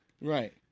Right